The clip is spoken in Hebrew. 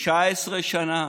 19 שנה.